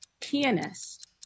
Pianist